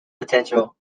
potential